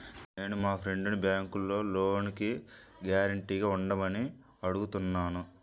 నేను మా ఫ్రెండ్సుని బ్యేంకులో లోనుకి గ్యారంటీగా ఉండమని అడుగుతున్నాను